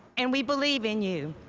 and we believe in you.